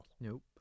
Nope